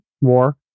War